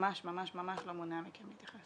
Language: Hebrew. ממש ממש ממש לא מונע מכם להתייחס.